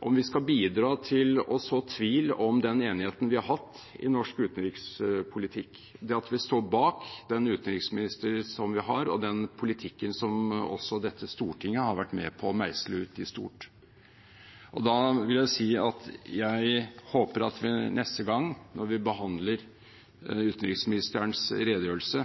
om vi skal bidra til å så tvil om den enigheten vi har hatt i norsk utenrikspolitikk, det at vi står bak den utenriksministeren vi har, og den politikken som også dette stortinget har vært med på å meisle ut i stort. Jeg håper at vi, neste gang vi behandler utenriksministerens redegjørelse,